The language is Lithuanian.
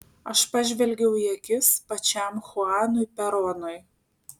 aš pažvelgiau į akis pačiam chuanui peronui